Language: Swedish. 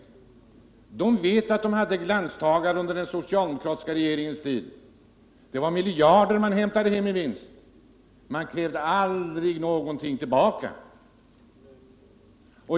Företagen vet att de hade glansdagar under den socialdemokratiska regeringens tid. De hämtade in miljarder i vinst, och staten krävde aldrig någonting tillbaka.